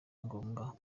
agomba